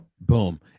boom